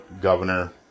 Governor